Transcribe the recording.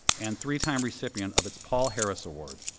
and three-time recipient of its paul harris award.